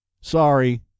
sorry